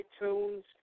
iTunes